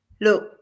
Look